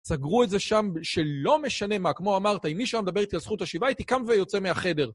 סגרו את זה שם שלא משנה מה, כמו אמרת, אם מישהו מדבר איתי על זכות השיבה, הייתי קם ויוצא מהחדר.